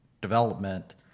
development